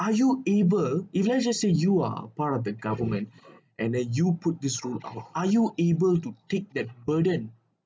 are you able if let's just say you are part of the government and then you put this route out are you able to take that burden